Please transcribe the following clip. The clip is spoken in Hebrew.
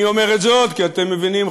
אני אומר את זאת כי אתם מבינים,